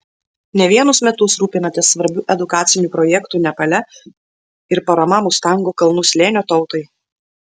ne vienus metus rūpinatės svarbiu edukaciniu projektu nepale ir parama mustango kalnų slėnio tautai